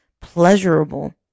pleasurable